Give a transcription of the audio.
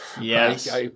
Yes